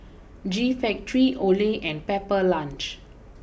G Factory Olay and Pepper Lunch